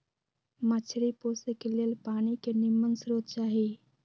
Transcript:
मछरी पोशे के लेल पानी के निम्मन स्रोत चाही